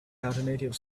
alternative